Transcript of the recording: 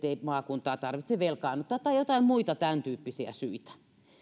maakuntaa tarvitse velkaannuttaa tai joitain muita tämän tyyppisiä syitä